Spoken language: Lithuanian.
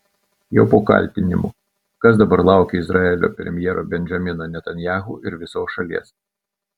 jau po kaltinimų kas dabar laukia izraelio premjero benjamino netanyahu ir visos šalies